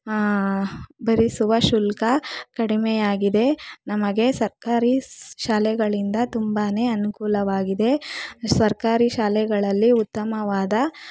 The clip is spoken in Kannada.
ಭರಿಸುವ ಶುಲ್ಕ ಕಡಿಮೆ ಆಗಿದೆ ನಮಗೆ ಸರ್ಕಾರಿ ಶಾಲೆಗಳಿಂದ ತುಂಬನೇ ಅನುಕೂಲವಾಗಿದೆ ಸರ್ಕಾರಿ ಶಾಲೆಗಳಲ್ಲಿ ಉತ್ತಮವಾದ